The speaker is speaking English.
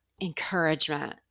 encouragement